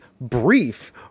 brief